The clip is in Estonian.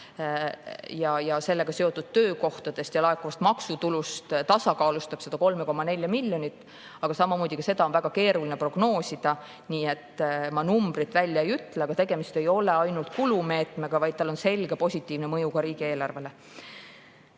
ja sellega seotud töökohtadest ja laekuvast maksutulust tasakaalustab seda 3,4 miljonit. Aga ka seda on väga keeruline prognoosida, nii et ma numbrit välja ei ütle. Kuid tegemist ei ole ainult kulumeetmega, vaid sel on selge positiivne mõju riigieelarvele.